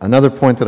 another point that